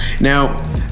now